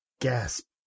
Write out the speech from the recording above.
Gasp